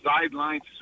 sidelines